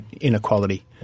inequality